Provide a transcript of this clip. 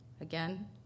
Again